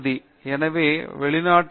குறிப்பாக வெளிநாட்டில்